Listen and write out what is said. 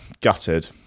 Gutted